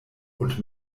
und